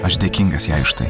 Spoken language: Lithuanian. aš dėkingas jai už tai